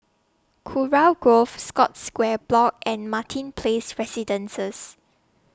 Kurau Grove Scotts Square Block and Martin Place Residences